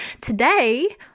Today